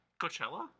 Coachella